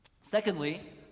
Secondly